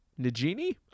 Nagini